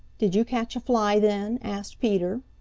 did you catch a fly then? asked peter.